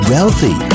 Wealthy